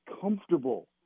comfortable